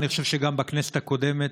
אני חושב שגם בכנסת הקודמת,